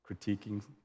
Critiquing